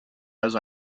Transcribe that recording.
also